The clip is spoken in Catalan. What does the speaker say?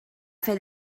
fer